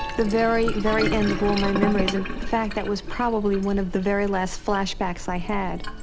the very, very end of all my memories. in fact, that was probably one of the very last flashbacks i had.